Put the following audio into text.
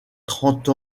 trente